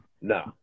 Nah